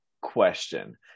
question